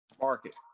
market